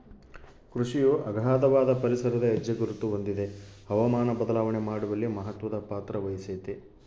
ಕೃಷಿಯು ಅಗಾಧವಾದ ಪರಿಸರದ ಹೆಜ್ಜೆಗುರುತ ಹೊಂದಿದೆ ಹವಾಮಾನ ಬದಲಾವಣೆ ಮಾಡುವಲ್ಲಿ ಮಹತ್ವದ ಪಾತ್ರವಹಿಸೆತೆ